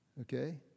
Okay